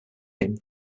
him